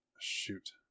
shoot